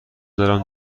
دارم